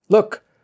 Look